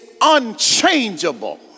unchangeable